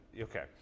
okay